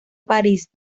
paris